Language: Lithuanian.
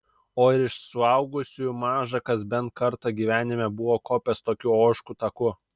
o ir iš suaugusiųjų maža kas bent kartą gyvenime buvo kopęs tokiu ožkų taku